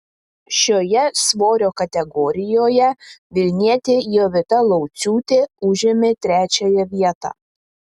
šioje svorio kategorijoje vilnietė jovita lauciūtė užėmė trečiąją vietą